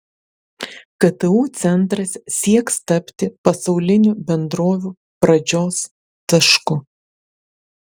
ktu centras sieks tapti pasaulinių bendrovių pradžios tašku